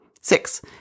Six